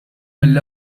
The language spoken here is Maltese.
mill